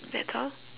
that's all